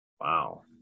Wow